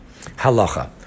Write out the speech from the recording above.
halacha